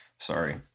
Sorry